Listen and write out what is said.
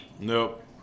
Nope